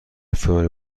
فلانی